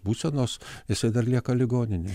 būsenos jisai dar lieka ligoninėj